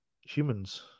humans